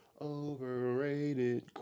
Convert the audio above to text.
overrated